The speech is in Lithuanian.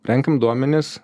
renkam duomenis